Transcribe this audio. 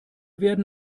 werden